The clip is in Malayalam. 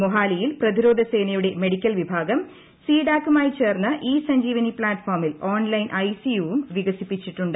മൊഹാലിയിൽ പ്രതിരോധ സേനയുടെ മെഡിക്കൽ വിഭാഗം സി ഡാക്കുമായി ചേർന്ന് ഇ സഞ്ജീവനി പ്ലാറ്റ്ഫോമിൽ ഓൺലൈൻ ഐസിയുവും വികസിപ്പിച്ചിട്ടുണ്ട്